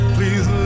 Please